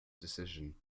decision